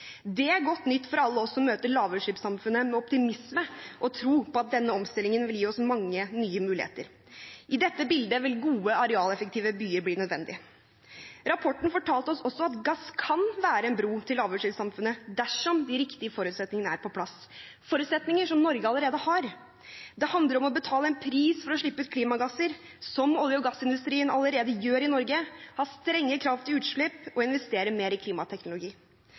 Det er godt nytt for alle oss som møter lavutslippssamfunnet med optimisme og tro på at denne omstillingen vil gi oss mange nye muligheter. I dette bildet vil gode, arealeffektive byer bli nødvendig. Rapporten fortalte oss også at gass kan være en bro til lavutslippssamfunnet dersom de riktige forutsetningene er på plass – forutsetninger som Norge allerede har. Det handler om å betale en pris for å slippe ut klimagasser, som olje- og gassindustrien allerede gjør i Norge, ha strenge krav til utslipp og investere mer i klimateknologi.